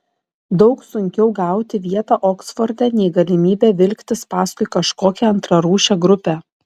daug sunkiau gauti vietą oksforde nei galimybę vilktis paskui kažkokią antrarūšę grupę